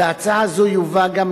בהצעה זו יובא גם